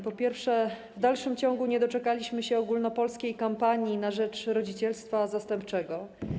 Po pierwsze, w dalszym ciągu nie doczekaliśmy się ogólnopolskiej kampanii na rzecz rodzicielstwa zastępczego.